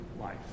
life